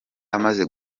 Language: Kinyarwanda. amaze